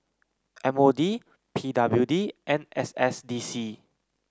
M O D P W D and S S D C